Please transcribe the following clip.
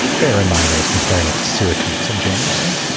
bear in mind, i was comparing it to syracuse in january.